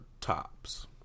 Tops